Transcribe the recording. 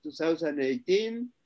2018